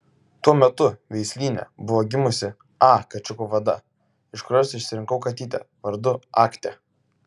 tuo metu veislyne buvo gimusi a kačiukų vada iš kurios išsirinkau katytę vardu aktia